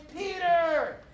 Peter